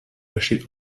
besteht